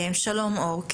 שלום, אור.